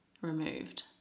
removed